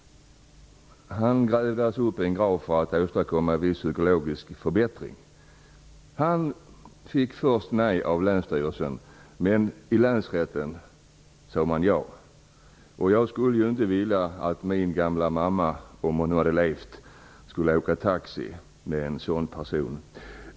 Han grävde upp en grav för att åstadkomma en viss psykologisk förbättring. Han fick först nej av länsstyrelsen, men länsrätten sade ja. Jag skulle inte vilja att min gamla mamma, om hon hade levt, skulle åka taxi med en sådan person.